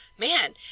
Man